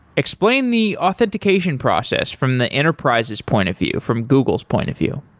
explain the authentication process from the enterprise's point of view, from google's point of view